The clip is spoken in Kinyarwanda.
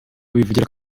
bivugira